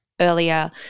earlier